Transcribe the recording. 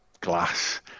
glass